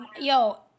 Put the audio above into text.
yo